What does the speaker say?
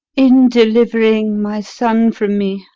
in delivering my son from me,